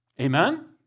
Amen